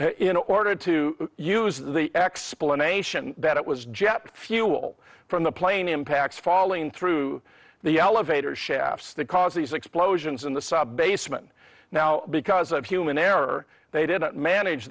in order to use the explanation that it was jet fuel from the plane impacts falling through the elevator shafts that caused these explosions in the sub basement now because of human error they didn't manage